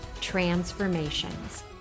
transformations